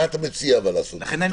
מה אתה מציע לעשות?